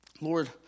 Lord